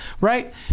Right